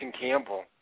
Campbell